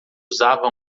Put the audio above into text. usava